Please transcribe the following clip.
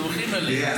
סומכים עליהם.